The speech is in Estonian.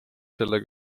sellele